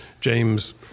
James